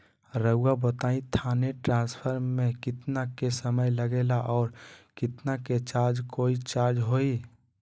रहुआ बताएं थाने ट्रांसफर में कितना के समय लेगेला और कितना के चार्ज कोई चार्ज होई?